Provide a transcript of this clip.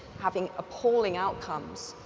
having appalling outcomes.